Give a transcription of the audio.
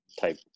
type